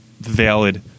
valid